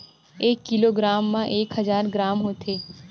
एक किलोग्राम मा एक हजार ग्राम होथे